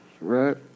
right